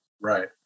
Right